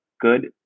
good